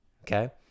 Okay